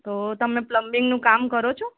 તો તમે પ્લમ્બિંગનું કામ કરો છો